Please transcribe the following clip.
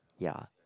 ya